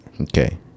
Okay